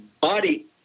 body